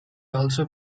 also